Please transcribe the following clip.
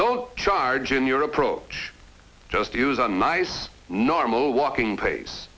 don't charge in your approach just use a nice normal walking pace